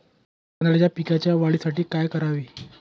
तांदळाच्या पिकाच्या वाढीसाठी काय करावे?